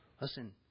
Listen